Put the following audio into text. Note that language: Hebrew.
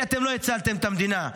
כי אתם לא הצלתם את המדינה,